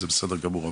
זה בסדר גמור.